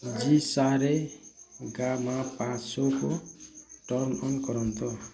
G Sa Re Ga Ma Pa ସୋକୁ turn on କରନ୍ତୁ